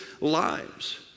lives